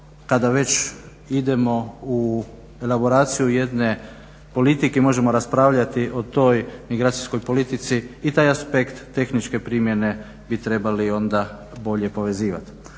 tada već idemo u elaboraciju jedne politike i možemo raspravljati o toj migracijskoj politici i taj aspekt tehničke primjene bi trebali onda bolje povezivat.